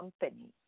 company